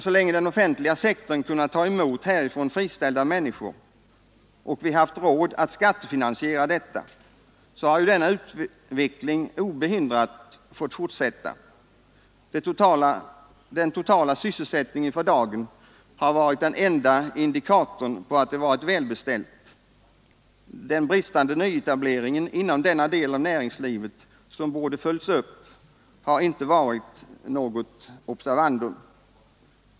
Så länge den offentliga sektorn kunnat ta emot härifrån friställda människor och vi haft råd att skattefinansiera detta, så har ju denna utveckling obehindrat fått fortsätta. Den totala sysselsättningen för dagen har varit den enda indikatorn på att det varit väl beställt. Den bristande nyetableringen inom denna del av näringslivet har inte varit något observandum.